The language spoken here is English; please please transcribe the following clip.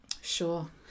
Sure